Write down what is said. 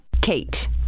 KATE